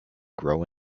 grow